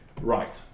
Right